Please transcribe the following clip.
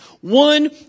One